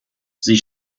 sie